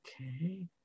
Okay